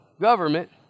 government